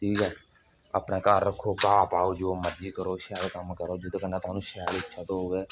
ठीक ऐ अपने घर रक्खो घाह पाओ जो मर्जी करो शैल कम्म करो जेह्दे कन्नै थुआनू शैल इज्जत थ्होग